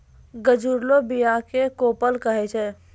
गजुरलो बीया क कोपल कहै छै